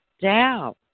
down